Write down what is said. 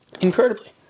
Incredibly